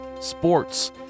sports